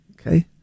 Okay